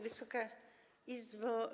Wysoka Izbo!